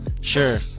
Sure